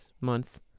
month